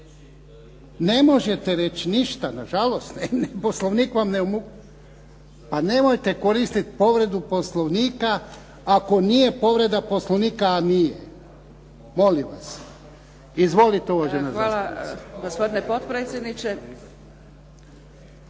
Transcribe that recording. Ne možete reći ništa, nažalost, Poslovnik vam ne omogućava. Pa nemojte koristiti povredu Poslovnika, ako nije povreda Poslovnika, a nije, molim vas! Izvolite uvažena zastupnice. **Zgrebec,